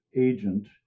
agent